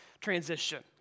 transition